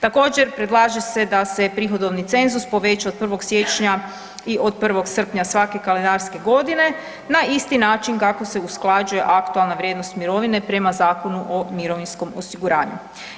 Također predlaže se da se prihodovni cenzus poveća od 1. siječnja i od 1. srpnja svake kalendarske godine na isti način kako se usklađuje aktualna vrijednost mirovine prema Zakonu o mirovinskom osiguranju.